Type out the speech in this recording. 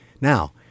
Now